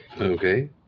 Okay